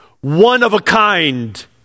one-of-a-kind